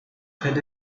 had